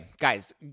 guys